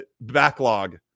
backlog